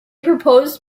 proposed